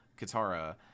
katara